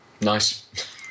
Nice